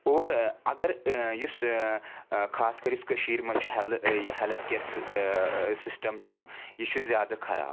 اور اگر یُس خاص کر یُس کٔشیٖر منٛز چھُ ہیل ہِیٚلٕتھ کِیَر سِسٹم چھُ یہِ چھُ زیادٕ خراب